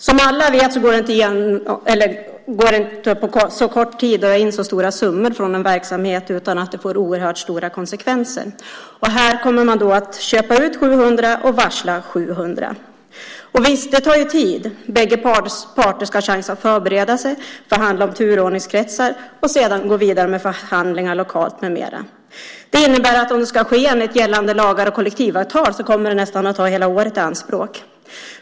Som alla vet går det inte att på så kort tid dra in så stora summor från en verksamhet utan att det får oerhört svåra konsekvenser. Här kommer man att köpa ut 700 anställda och varsla 700. Visst tar det tid. Båda parter ska ha chans att förbereda sig, förhandla om turordningskretsar och sedan gå vidare med förhandlingar lokalt med mera. Om det ska ske enligt gällande lagar och kollektivavtal innebär det att det kommer att ta nästan hela året i anspråk.